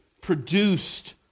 produced